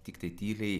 tiktai tyliai